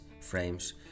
frames